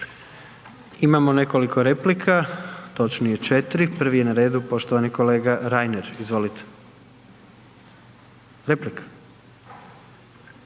Imamo nekoliko replika, točnije četiri. Prvi je na redu poštovani kolega Reiner. Izvolite. **Reiner,